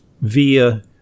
via